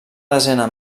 desena